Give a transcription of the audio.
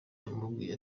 yamubwiye